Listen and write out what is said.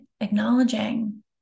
acknowledging